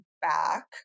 back